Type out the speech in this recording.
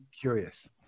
curious